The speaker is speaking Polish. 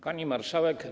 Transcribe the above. Pani Marszałek!